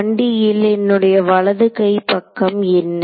1D ல் என்னுடைய வலது கை பக்கம் என்ன